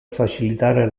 facilitare